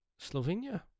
Slovenia